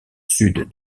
sud